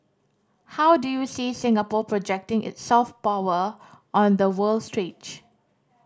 how do you see Singapore projecting its soft power on the world stage